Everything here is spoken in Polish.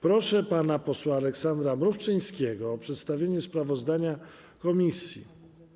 Proszę pana posła Aleksandra Mrówczyńskiego o przedstawienie sprawozdania komisji.